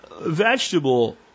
vegetable